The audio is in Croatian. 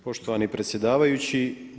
Poštovani predsjedavajući.